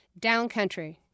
Downcountry